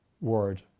word